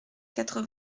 quatre